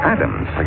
Adams